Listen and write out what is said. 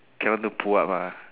cannot do pull up ah